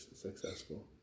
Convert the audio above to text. successful